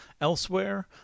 elsewhere